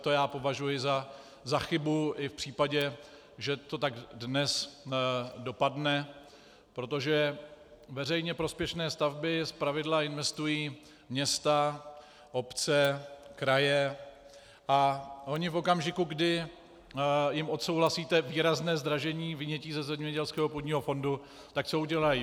To považuji za chybu i v případě, že to tak dnes dopadne, protože veřejně prospěšné stavby zpravidla investují města, obce, kraje a v okamžiku, kdy jim odsouhlasíte výrazné zdražení vynětí ze zemědělského půdního fondu, tak co udělají?